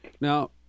now